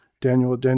daniel